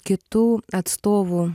kitų atstovų